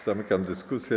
Zamykam dyskusję.